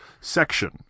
section